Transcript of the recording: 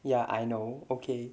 ya I know okay